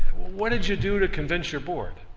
what did you do to convince your board?